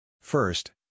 First